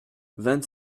vingt